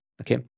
Okay